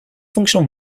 functional